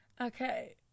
okay